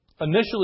initially